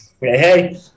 Hey